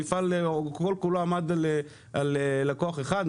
המפעל כולו עמד על לקוח אחד?